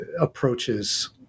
approaches